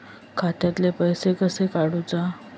खात्यातले पैसे कशे काडूचा?